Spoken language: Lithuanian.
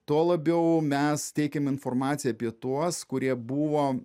tuo labiau mes teikiame informaciją apie tuos kurie buvo